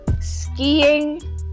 skiing